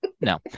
No